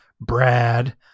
Brad